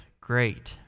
great